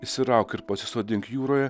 išsirauk ir pasisodink jūroje